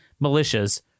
militias